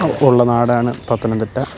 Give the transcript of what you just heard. ഉള്ള നാടാണ് പത്തനംതിട്ട